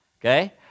okay